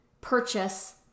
purchase